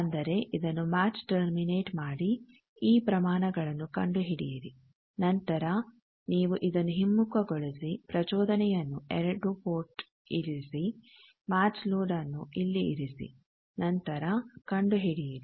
ಅಂದರೆ ಇದನ್ನು match terminate ಮಾಡಿ ಈ ಪ್ರಮಾಣಗಳನ್ನು ಕಂಡುಹಿಡಿಯಿರಿ ನಂತರ ನೀವು ಇದನ್ನು ಹಿಮ್ಮುಖಗೊಳಿಸಿ ಪ್ರಚೋದನೆಯನ್ನು ಎರಡನೇ ಪೋರ್ಟ್ನಲ್ಲಿ ಇರಿಸಿ ಮ್ಯಾಚ್ ಲೋಡ್ ನ್ನು ಇಲ್ಲಿ ಇರಿಸಿ ನಂತರ ಕಂಡುಹಿಡಿಯಿರಿ